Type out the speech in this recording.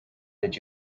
did